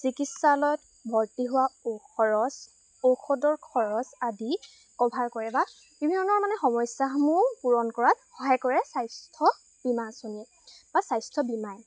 চিকিৎসালয়ত ভৰ্তি হোৱা ঔ খৰচ ঔষধৰ খৰচ আদি কভাৰ কৰে বা বিভিন্ন ধৰণৰ মানে সমস্যাসমূহ পূৰণ কৰাত সহায় কৰে স্বাস্থ্য বীমা আঁচনিয়ে বা স্বাস্থ্য বীমায়ে